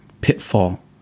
pitfall